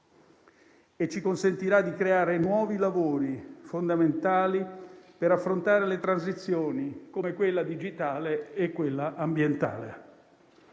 e ci consentirà di creare nuovi lavori, fondamentali per affrontare le transizioni, come quella digitale e quella ambientale.